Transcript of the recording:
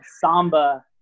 Samba